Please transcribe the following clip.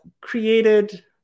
created